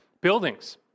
buildings